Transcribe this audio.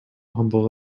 humble